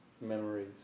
memories